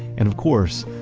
and of course,